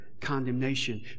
condemnation